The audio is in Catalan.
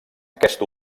aquest